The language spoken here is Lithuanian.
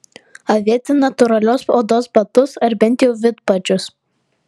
avėti natūralios odos batus ar bent jau vidpadžius